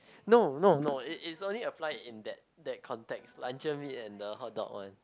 no no no is is only apply in that that context luncheon meat and the hot dog one